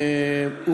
אני שמח.